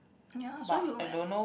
ya so you at